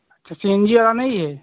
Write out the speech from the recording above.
अच्छा C N G वाला नहीं है